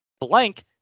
Blank